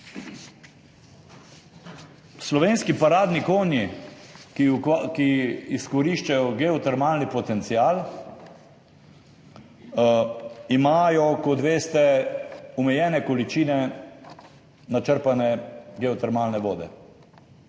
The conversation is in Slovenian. slovenski paradni konji, ki izkoriščajo geotermalni potencial, imajo, kot veste, omejene količine načrpane geotermalne vode.